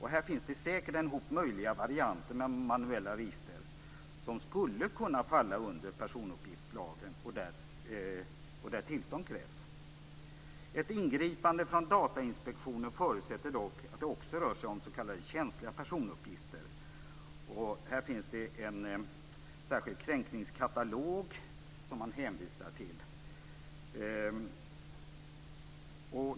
Här finns säkert en hop möjliga varianter med manuella register som skulle kunna falla under personuppgiftslagen och där tillstånd krävs. Ett ingripande från Datainspektionen förutsätter dock att det också rör sig om s.k. känsliga personuppgifter. Här finns det en särskild kränkningskatalog som man hänvisar till.